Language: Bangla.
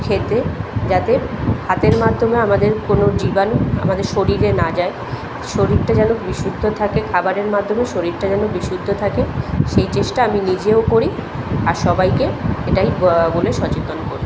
খেতে যাতে হাতের মাধ্যমে আমাদের কোনো জীবাণু আমাদের শরীরে না যায় শরীরটা যেন বিশুদ্ধ থাকে খাবারের মাধ্যমে শরীরটা যেন বিশুদ্ধ থাকে সেই চেষ্টা আমি নিজেও করি আর সবাইকে এটাই বলে সচেতন করি